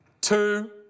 two